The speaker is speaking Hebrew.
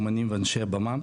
אומנים ואנשי במה,